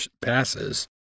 passes